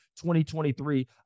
2023